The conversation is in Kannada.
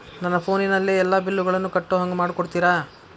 ನನ್ನ ಫೋನಿನಲ್ಲೇ ಎಲ್ಲಾ ಬಿಲ್ಲುಗಳನ್ನೂ ಕಟ್ಟೋ ಹಂಗ ಮಾಡಿಕೊಡ್ತೇರಾ?